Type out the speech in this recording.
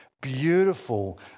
beautiful